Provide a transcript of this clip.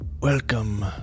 Welcome